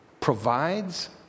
provides